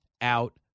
out